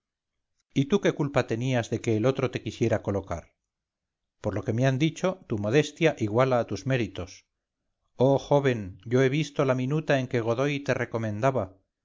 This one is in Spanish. y tú qué culpa tenías de que el otro te quisiera colocar por lo que me han dicho tu modestia iguala a tus méritos oh joven yo he visto la minuta en que godoy te recomendaba